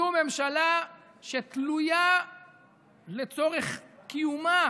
זו ממשלה שתלויה לצורך קיומה